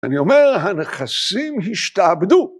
‫אני אומר, הנכסים השתעבדו.